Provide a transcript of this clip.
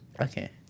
Okay